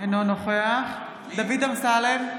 אינו נוכח דוד אמסלם,